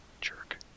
Jerk